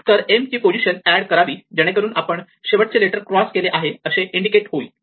तर m ची position add करावी जेणेकरून आपण शेवटचे लेटर क्रॉस केले आहे असे इंडिकेट होईल